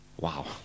Wow